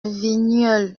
vigneulles